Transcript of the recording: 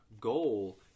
goal